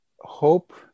Hope